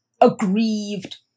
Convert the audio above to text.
aggrieved